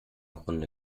grunde